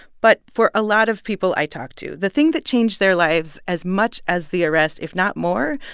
but for a lot of people i talked to, the thing that changed their lives as much as the arrest, if not more,